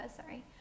sorry